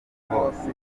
bose